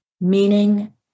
meaning